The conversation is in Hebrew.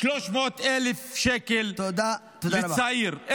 300,000 שקל לצעיר.